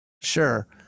Sure